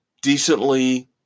decently